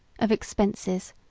of expenses,